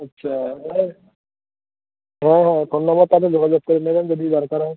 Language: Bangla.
আচ্ছা হ্যাঁ হ্যাঁ ফোন নাম্বার তাহলে যোগাযোগ করে নেবেন যদি দরকার হয়